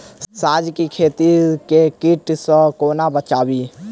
साग केँ खेत केँ कीट सऽ कोना बचाबी?